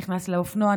נכנס לאופנוע,